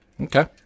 Okay